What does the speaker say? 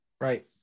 right